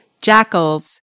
jackals